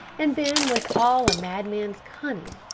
and then with all a madman's cunning,